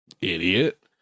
idiot